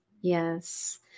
Yes